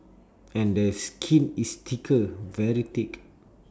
and their skin is thicker very thick